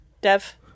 Dev